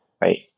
right